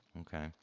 Okay